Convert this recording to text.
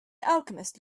alchemist